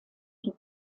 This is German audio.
wie